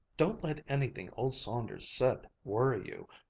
don't let anything old saunders said worry you.